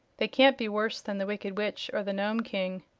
they can't be worse than the wicked witch or the nome king.